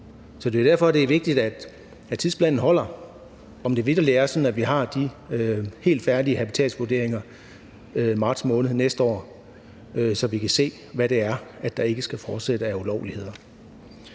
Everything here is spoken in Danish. Det er derfor, det er vigtigt, at tidsplanen holder, så vi vitterlig har de der helt færdige habitatsvurderinger i marts måned næste år, så vi kan se, hvad det er, der ikke skal fortsætte af ulovligheder.